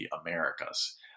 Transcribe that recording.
Americas